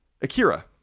Akira